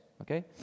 okay